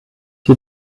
die